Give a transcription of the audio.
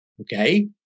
Okay